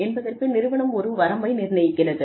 என்பதற்கு நிறுவனம் ஒரு வரம்பை நிர்ணயிக்கிறது